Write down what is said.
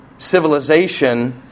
civilization